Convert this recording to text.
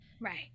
right